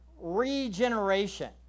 Regeneration